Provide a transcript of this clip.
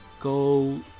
Go